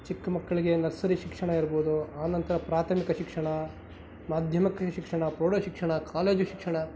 ಚಿಕ್ಕ ಮಕ್ಕಳಿಗೆ ನರ್ಸರಿ ಶಿಕ್ಷಣ ಇರ್ಬೋದು ಆ ನಂತರ ಪ್ರಾಥಮಿಕ ಶಿಕ್ಷಣ ಮಾಧ್ಯಮಿಕ ಶಿಕ್ಷಣ ಪ್ರೌಢ ಶಿಕ್ಷಣ ಕಾಲೇಜು ಶಿಕ್ಷಣ